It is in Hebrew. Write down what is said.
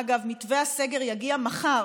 אגב, מתווה הסגר יגיע מחר